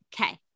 Okay